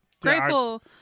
Grateful